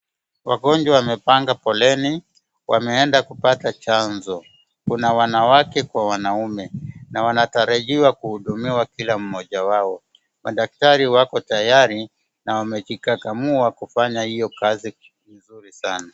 Wagonjwa wamepanga foleni wameenda kupata chanjo. Kuna wanawake kwa wanaume na wanatarajiwa kuhudumiwa kila mmoja wao. Madaktari wako tayari na wamejikakamua kufanya kazi hiyo vizuri sana.